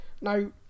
Now